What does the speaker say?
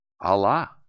Allah